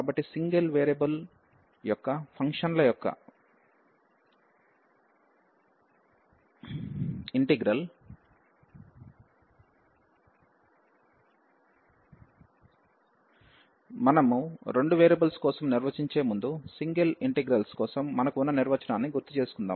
కాబట్టి single variable యొక్క ఫంక్షన్ల యొక్క ఇంటిగ్రల్ మనము రెండు వేరియబుల్స్ కోసం నిర్వచించే ముందు సింగిల్ ఇంటెగ్రల్స్ కోసం మనకు ఉన్న నిర్వచనాన్ని గుర్తుచేసుకుందాం